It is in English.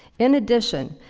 in addition,